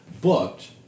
booked